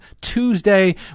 Tuesday